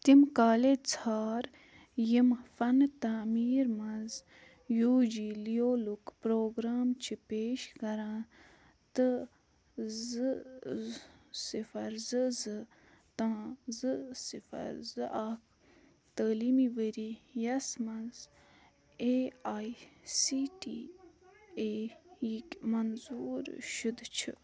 تِم کالیج ژھار یِم فَنہٕ تامیٖر مَنٛز یوٗ جی لِیولُک پروگرام چھِ پیش کران تہٕ زٕ صِفَر زٕ زٕ تاں زٕ صِفَر زٕ اکھ تٲلیٖمی ؤری یَس مَنٛز A I C T E یِکۍ منظوٗر شُدٕ چھِ